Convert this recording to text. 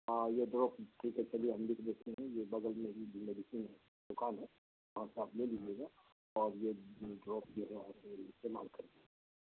ہاں یہ ڈراپ ٹھیک ہے چلیے ہم لکھ دیتے ہیں یہ بغل میں ہی میری کلینک دوکان ہے وہاں سے آپ لے لیجیے گا اور یہ ڈراپ جو ہے آپ استعمال کریے